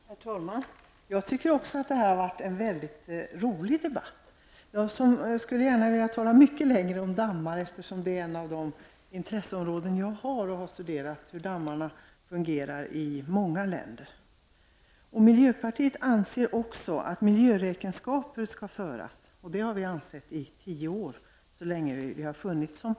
Herr talman! Jag tycker också att detta har varit en mycket rolig debatt. Jag skulle gärna vilja tala mycket längre om dammar, eftersom det är ett av de intresseområden jag har. Jag har studerat hur dammar fungerar i många länder. Miljöpartiet anser också att miljöräkenskaper skall föras. Det har vi ansett i tio år, så länge som vi har funnits parti.